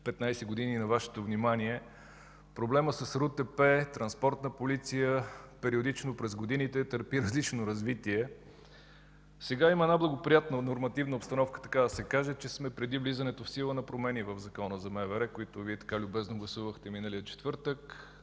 15 години на Вашето внимание. Проблемът с РУ „Транспортна полиция” периодично през годините търпи различно развитие. Сега има благоприятна нормативна обстановка, така да се каже, че сме преди влизането в сила на промени в Закона за МВР, които Вие така любезно гласувахте миналия четвъртък,